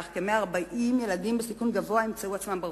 עקב כך ימצאו את עצמם כ-140 ילדים בסיכון גבוה ברחובות,